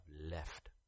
left